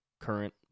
current